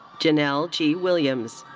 jenelle g. williams.